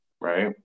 right